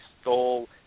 stole